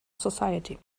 society